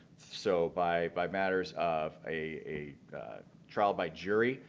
so by by matters of a trial by jury,